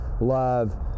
love